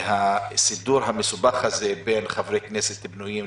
והסידור המסובך הזה בין חברי כנסת פנויים,